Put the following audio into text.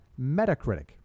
Metacritic